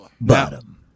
Bottom